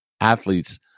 athletes